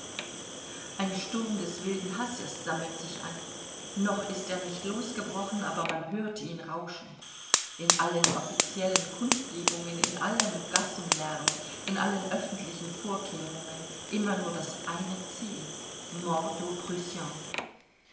ein sturm des wilden hasses sammelt sich an noch ist er nicht losgebrochen aber man hört ihn rauschen in allen offiziellen kundgebungen in allem gassenlärm in allen öffentlichen vorkehrungen immer nur das eine ziel mort